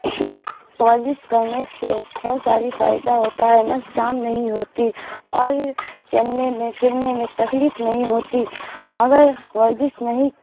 ورزش کرنے سے بہت ساری فائدہ ہوتا ہے نظسام نہیں ہوتی اور چلنے میں پھرنے میں تکلیف نہیں ہوتی اگر ورزش نہیں